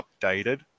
updated